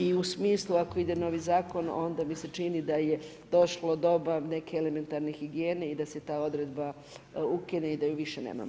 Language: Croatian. I u smislu ako ide novi zakon onda mi se čini da je došlo doba neke elementarne higijene i da se ta odredba ukine i da ju više nemamo.